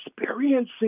experiencing